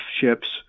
ships